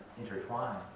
intertwine